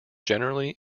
generally